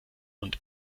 und